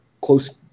close